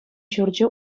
ҫурчӗ